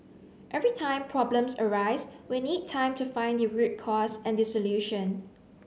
every time problems arise we need time to find the root cause and the solution